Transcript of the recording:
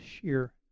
sheer